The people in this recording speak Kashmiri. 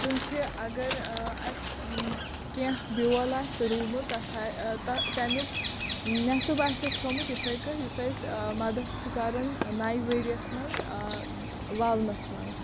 تِم چھِ اَگر اَسہِ کیٚنٛہہ بیٚول آسہِ روٗمُت تتھ آ تَمیُک نٮ۪صف آسہِ اَسہِ تھوٚومُت یِتھٕے کٔنۍ یُس اَسہِ مدد چھُ کَران نَیہِ ؤرۍ یَس منٛز ووَنَس منٛز